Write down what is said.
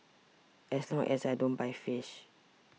as long as I don't buy fish